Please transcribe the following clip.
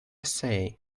say